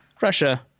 Russia